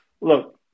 look